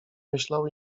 myślał